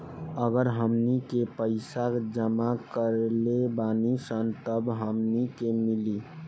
अगर हमनी के पइसा जमा करले बानी सन तब हमनी के मिली